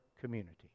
community